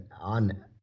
on